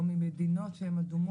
או ממדינות שהן אדומות?